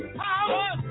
power